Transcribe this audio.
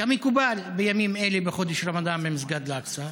כמקובל בימים אלה בחודש הרמדאן במסגד אל-אקצא,